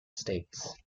states